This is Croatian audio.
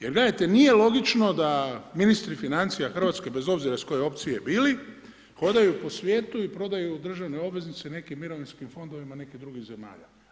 Jer, gledajte, nije logično da ministra financija Hrvatske, bez obzira iz koje opcije bili, hodaju po svijetu i prodaju državne obveznice nekim mirovinskim fondovima nekih drugih zemalja.